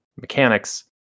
mechanics